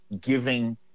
giving